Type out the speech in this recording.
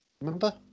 Remember